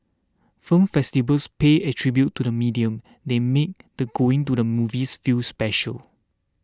film festivals pay a tribute to the medium they make the going to the movies feel special